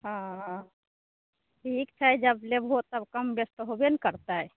हँ ठीक छै जे लेबहो तब कम बेस तऽ होबे करतै